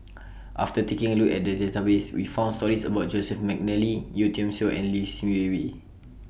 after taking A Look At The Database We found stories about Joseph Mcnally Yeo Tiam Siew and Lim Swee Lim